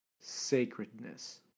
sacredness